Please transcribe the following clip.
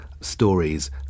stories